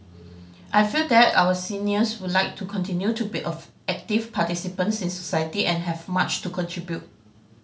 I feel that our seniors would like to continue to be of active participants in society and have much to contribute